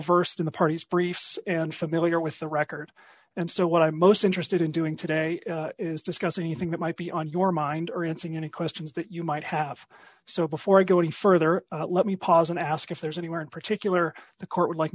versed in the party's briefs and familiar with the record and so what i'm most interested in doing today is discussing anything that might be on your mind or answering any questions that you might have so before i go any further let me pause and ask if there's anywhere in particular the court